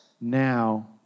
now